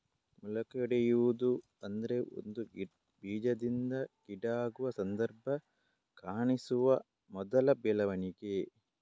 ಮೊಳಕೆಯೊಡೆಯುವುದು ಅಂದ್ರೆ ಒಂದು ಬೀಜದಿಂದ ಗಿಡ ಆಗುವ ಸಂದರ್ಭ ಕಾಣಿಸುವ ಮೊದಲ ಬೆಳವಣಿಗೆ